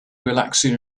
relaxing